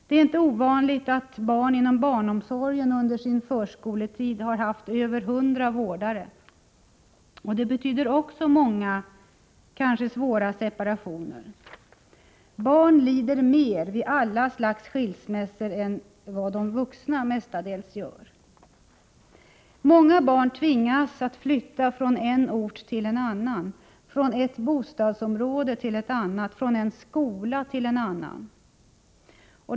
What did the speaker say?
Det är inte ovanligt att barn inom barnomsorgen under sin förskoletid har haft över hundra vårdare. Det betyder också många, kanske svåra separationer. Barn lider mer vid alla slags skilsmässor än vad de vuxna mestadels gör. Många barn tvingas att flytta från en ort till en annan, från ett bostadsom Nr 126 råde till ett annat, från en skola till en annan.